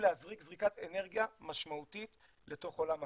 להזריק זריקת אנרגיה משמעותית לתוך עולם ההייטק.